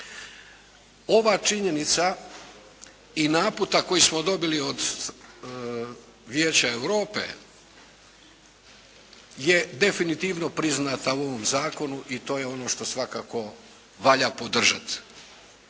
Ova činjenica i naputak koji smo dobili od Vijeća Europe je definitivno priznata u ovom zakonu i to je ono što svakako valja podržat.